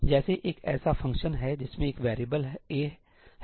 जैसे एक ऐसा फंक्शन है जिसमें एक वेरिएबल a है और मेन में भी एक वेरिएबल a है